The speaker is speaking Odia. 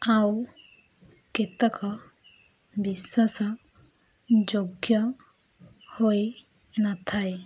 ଆଉ କେତେକ ବିଶ୍ୱାସ ଯୋଗ୍ୟ ହୋଇନଥାଏ